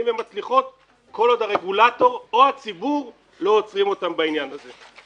ומצליחות כל עוד הרגולטור או הציבור לא עוצרים אותן בעניין הזה.